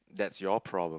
that's your problem